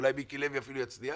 ואולי מיקי לוי אפילו יצליח